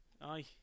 Aye